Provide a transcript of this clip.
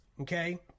Okay